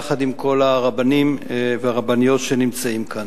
יחד עם כל הרבנים והרבניות שנמצאים כאן.